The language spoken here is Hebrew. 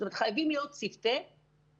זאת אומרת, חייבים להיות צוותים קבועים.